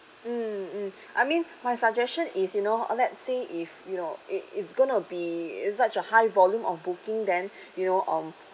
mm mm I mean my suggestion is you know let's say if you know it it's gonna be it's such a high volume of booking then you know um